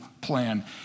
plan